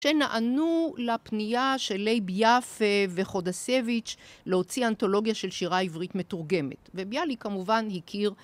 שנענו לפנייה של לייב יפה וחודסביץ׳ להוציא אנתולוגיה של שירה עברית מתורגמת וביאליק כמובן הכיר